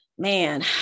man